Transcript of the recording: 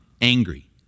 angry